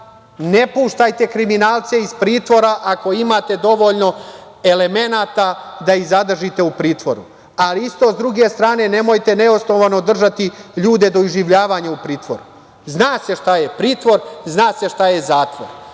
Ne puštajte kriminalce iz pritvora ako imate dovoljno elemenata da ih zadržite u pritvoru, ali isto s druge strane nemojte neosnovano držati ljude do iživljavanja u pritvoru. Zna se šta je pritvor i zna se šta je zatvor.